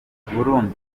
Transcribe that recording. burundi